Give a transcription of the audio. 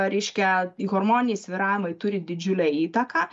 reiškia hormoniniai svyravimai turi didžiulę įtaką